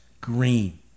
green